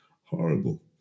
horrible